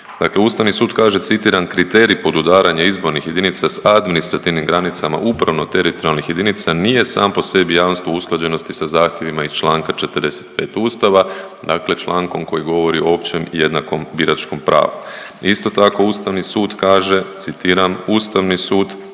Dakle, Ustavni sud kaže citiram, kriterij podudaranja izbornih jedinica s administrativnim granicama upravno teritorijalnih jedinica nije sam po sebi jamstvo usklađenosti sa zahtjevima iz Članka 45. Ustava, dakle člankom koji govori o općem i jednakom biračkom pravu. I isto tako, Ustavni sud kaže citiram, Ustavni sud